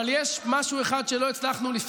אני רק שואלת אם אתה מאמין לעצמך.